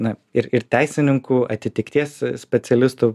na ir ir teisininkų atitikties specialistų